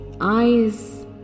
eyes